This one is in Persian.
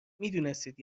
میدونستید